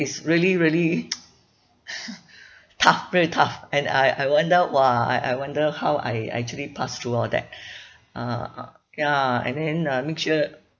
is really really tough very tough and I I wonder !wah! I I wonder how I actually passed through all that uh ya and then uh make sure